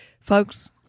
Folks